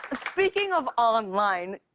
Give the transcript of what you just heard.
speaking of online,